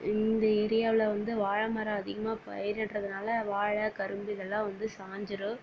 இந்த ஏரியாவில் வந்து வாழை மரம் அதிகமாக பயிரிடகிறதுனால வாழை கரும்பு இதெல்லாம் வந்து சாஞ்சுறும்